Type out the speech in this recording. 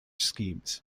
schemes